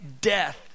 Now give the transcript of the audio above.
death